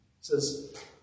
says